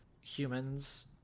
humans